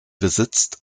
besitzt